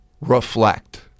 Reflect